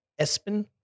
Espen